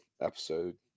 episode